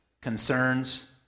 concerns